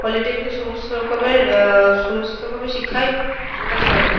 polytechnic সমস্ত রকমের সমস্ত রকমের শিক্ষাই প্রদান করে